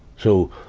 so,